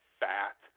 fat